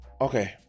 okay